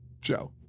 Joe